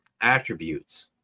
attributes